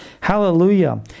Hallelujah